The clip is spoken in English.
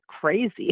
crazy